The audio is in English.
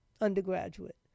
undergraduate